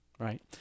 Right